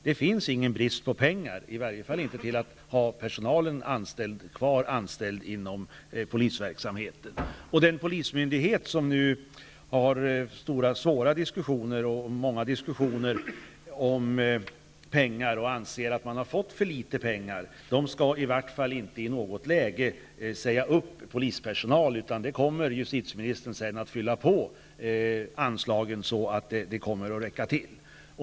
Det finns alltså ingen brist på pengar, i varje fall inte till att ha kvar den personal som är anställd inom polisverksamheten? Innebär det att den polismyndighet som har svåra och många diskussioner om pengar och anser att man har fått för litet pengar inte i något läge skall säga upp polispersonal, utan att justitieministern kommer att fylla på anslagen så att de kommer att räcka till?